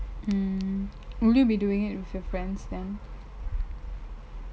mm will you be doing it with your friends then